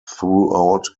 throughout